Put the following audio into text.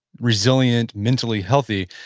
resilient, mentally healthy.